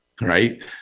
right